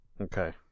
Okay